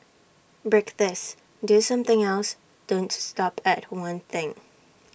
break this do something else don't stop at one thing